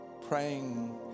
praying